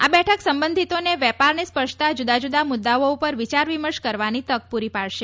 આ બેઠક સંબંધીતોને વેપારને સ્પર્શતા જૂદા જૂદા મુદ્દાઓ ઉપર વિચાર વિમર્શ કરવાની તક પૂરી પાડશે